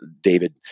david